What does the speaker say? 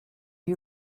you